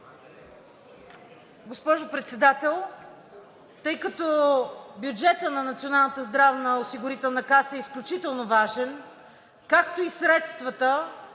Госпожо Председател, тъй като бюджетът на Националната здравноосигурителна каса е изключително важен, както и средствата,